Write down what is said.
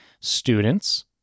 students